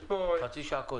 חצי שעה קודם.